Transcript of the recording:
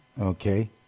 okay